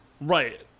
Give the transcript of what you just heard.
Right